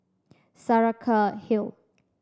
Saraca Hill